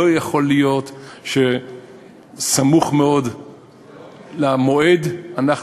לא יכול להיות שסמוך מאוד למועד אנחנו